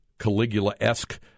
Caligula-esque